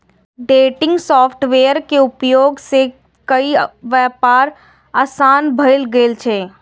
day trading software के उपयोग सं ई व्यापार आर आसान भए गेल छै